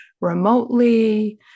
remotely